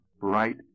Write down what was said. right